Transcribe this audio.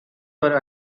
were